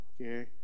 okay